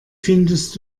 findest